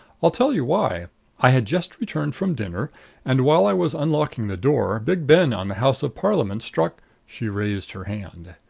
i'll tell you why i had just returned from dinner and while i was unlocking the door big ben on the house of parliament struck she raised her hand.